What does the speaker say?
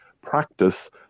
practice